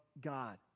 God